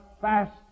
fast